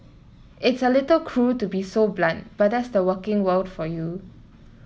it's a little cruel to be so blunt but that's the working world for you